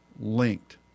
linked